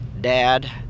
Dad